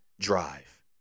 drive